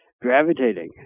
gravitating